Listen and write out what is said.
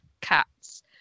cats